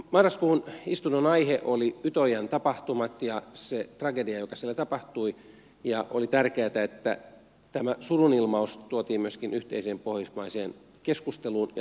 marraskuun istunnon aihe oli utöyan tapahtumat ja se tragedia joka siellä tapahtui ja oli tärkeätä että tämä surunilmaus tuotiin myöskin yhteiseen pohjoismaiseen keskusteluun ja foorumiin